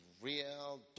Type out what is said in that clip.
real